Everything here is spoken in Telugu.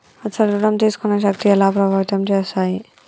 ఆస్తుల ఋణం తీసుకునే శక్తి ఎలా ప్రభావితం చేస్తాయి?